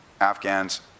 Afghan's